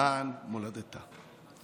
למען מולדתו.